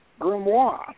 grimoire